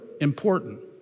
important